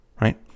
right